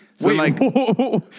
Wait